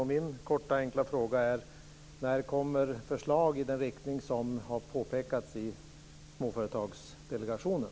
Min enkla fråga är: När kommer förslag i den riktning som har angivits av Småföretagsdelegationen?